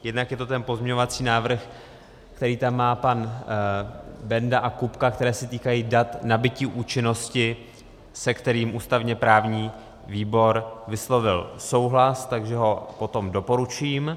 Jednak je to ten pozměňovací návrh, který tam má pan Benda a Kupka, které se týkají dat nabytí účinnosti, se kterým ústavněprávní výbor vyslovil souhlas, takže ho potom doporučím.